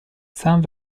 some